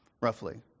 roughly